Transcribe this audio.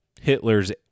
Hitler's